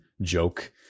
joke